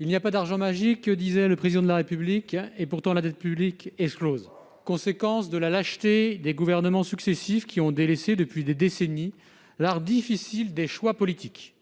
Il n'y a pas d'argent magique, disait le Président de la République. Pourtant, la dette publique explose, conséquence de la lâcheté des gouvernements successifs qui ont délaissé depuis des décennies l'art difficile des choix politiques.